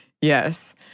Yes